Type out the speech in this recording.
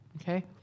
Okay